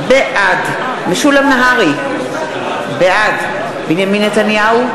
בעד משולם נהרי, בעד בנימין נתניהו,